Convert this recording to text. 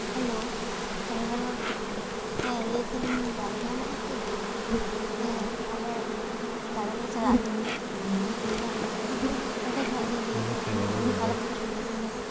hello driver ᱵᱟᱹᱵᱩ ᱦᱮᱸ ᱞᱟᱹᱭ ᱮᱫᱟᱞᱤᱧ ᱜᱟᱹᱲᱤ ᱧᱟᱢᱚᱜᱼᱟ ᱠᱤ ᱦᱮᱸ ᱟᱞᱮ ᱫᱟᱬᱟᱱ ᱞᱮ ᱪᱟᱞᱟᱜᱼᱟ ᱢᱮᱱᱛᱮ ᱦᱮᱸ ᱱᱚᱸᱰᱮ ᱠᱷᱚᱱᱟᱜ ᱞᱤᱧ ᱞᱟᱹᱭ ᱮᱫᱟ ᱠᱟᱞᱟ ᱯᱟᱛᱷᱚᱨ ᱠᱷᱚᱱᱟᱜ ᱞᱤᱧ ᱞᱟᱹᱭ ᱮᱫᱟ